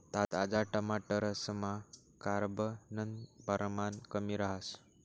ताजा टमाटरसमा carbon परमाण कमी रहास